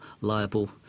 liable